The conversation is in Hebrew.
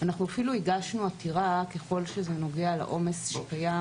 אפילו הגשנו עתירה בכל הנוגע לעומס שקיים